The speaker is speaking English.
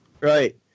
Right